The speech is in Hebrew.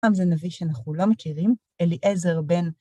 עם זה נביא שאנחנו לא מכירים, אליעזר בן...